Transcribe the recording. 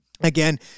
Again